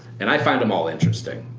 and i find them all interesting.